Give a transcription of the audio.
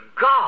God